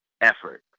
effort